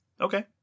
Okay